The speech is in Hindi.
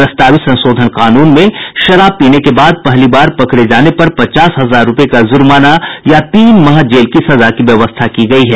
प्रस्तावित संशोधन कानून में शराब पीने के बाद पहली बार पकड़े जाने पर पचास हजार रूपये का जुर्माना या तीन माह जेल की सजा की व्यवस्था की गयी है